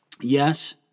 Yes